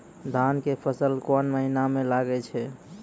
धान के फसल कोन महिना म लागे छै?